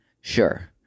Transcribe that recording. Sure